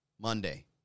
Monday